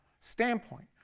standpoint